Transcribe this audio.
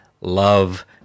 love